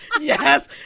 yes